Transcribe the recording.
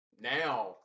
Now